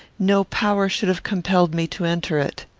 no power should have compelled me to enter it.